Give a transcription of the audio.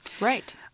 Right